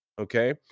okay